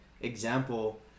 example